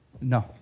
No